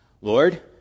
Lord